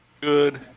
good